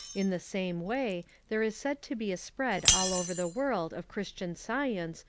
in the same way there is said to be a spread all over the world of christian science,